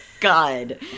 God